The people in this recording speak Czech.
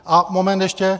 A moment ještě.